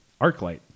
Arclight